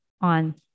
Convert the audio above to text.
on